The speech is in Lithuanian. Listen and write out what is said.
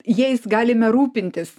jais galime rūpintis